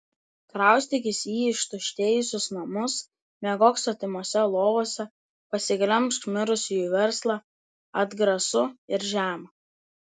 kraustykis į ištuštėjusius namus miegok svetimose lovose pasiglemžk mirusiųjų verslą atgrasu ir žema